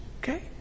Okay